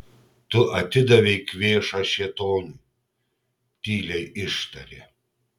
tu atidavei kvėšą šėtonui tyliai ištarė